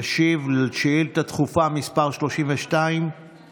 היא תשיב על שאילתה דחופה מס' 32,